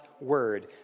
word